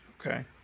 Okay